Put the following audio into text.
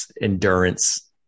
endurance